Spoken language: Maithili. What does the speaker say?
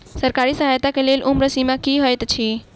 सरकारी सहायता केँ लेल उम्र सीमा की हएत छई?